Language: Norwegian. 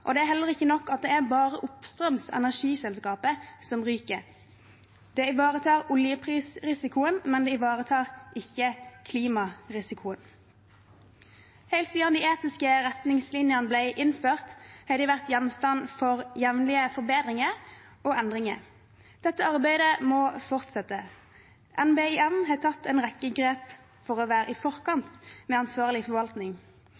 og det er heller ikke nok at det er bare oppstrøms energiselskaper som ryker. Det ivaretar oljeprisrisikoen, men det ivaretar ikke klimarisikoen. Helt siden de etiske retningslinjene ble innført, har de vært gjenstand for jevnlige forbedringer og endringer. Dette arbeidet må fortsette. NBIM har tatt en rekke grep for å være i forkant med ansvarlig forvaltning.